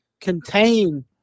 contain